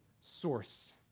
source